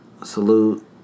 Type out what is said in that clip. Salute